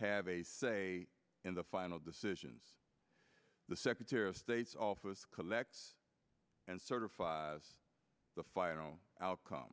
have a say in the final decisions the secretary of state's office collects and certify as the final outcome